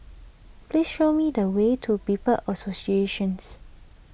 please show me the way to People's Associations